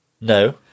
No